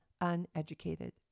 uneducated